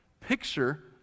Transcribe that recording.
picture